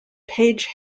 page